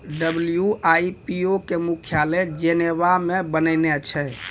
WIPO के मुख्यालय Geneva मे बनैने छै